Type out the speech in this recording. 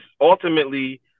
ultimately